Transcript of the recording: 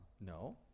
no